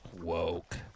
woke